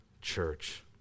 church